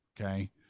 okay